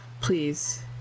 Please